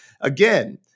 again